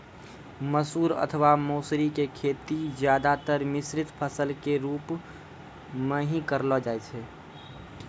मसूर अथवा मौसरी के खेती ज्यादातर मिश्रित फसल के रूप मॅ हीं करलो जाय छै